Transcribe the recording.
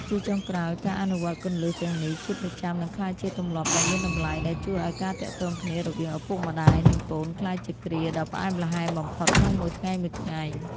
ជាចុងក្រោយ ការអនុវត្តគន្លឹះទាំងនេះជាប្រចាំនឹងក្លាយជាទម្លាប់ដ៏មានតម្លៃ ដែលជួយឱ្យការទាក់ទងគ្នារវាងឪពុកម្ដាយ និងកូនក្លាយជាគ្រាដ៏ផ្អែមល្ហែមបំផុតក្នុងមួយថ្ងៃៗ។